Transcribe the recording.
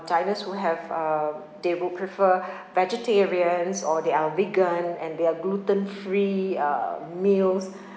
diners will have uh they would prefer vegetarians or they are vegan and there are gluten-free uh meals